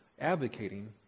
advocating